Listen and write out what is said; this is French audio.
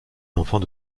d’enfant